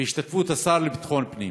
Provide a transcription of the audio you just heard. בהשתתפות השר לביטחון הפנים,